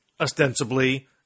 ostensibly